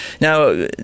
Now